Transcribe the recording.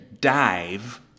Dive